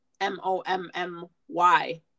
m-o-m-m-y